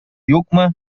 юкмы